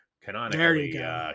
canonically